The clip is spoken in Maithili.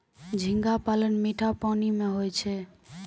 झींगा पालन मीठा पानी मे होय छै